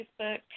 Facebook